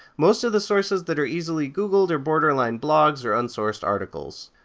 most of the sources that are easily googled are borderline blogs or unsourced articles.